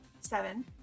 Seven